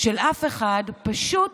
של אף אחד, פשוט